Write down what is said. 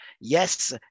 yes